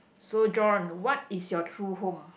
so John what is your true home